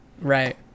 right